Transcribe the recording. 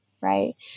right